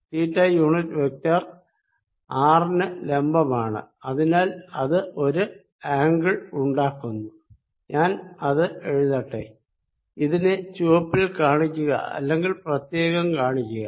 തീറ്റ unit vector ആറിന് ലംബമാണ് അതിനാൽ അത് ഒരു ആംഗിൾ ഉണ്ടാക്കുന്നു ഞാൻ അത് എഴുതട്ടെ ഇതിനെ ചുവപ്പിൽ കാണിക്കുക അല്ലെങ്കിൽ പ്രത്യേകം കാണിക്കുക